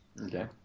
Okay